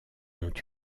ont